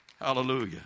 Hallelujah